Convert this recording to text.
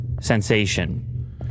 sensation